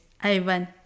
Ivan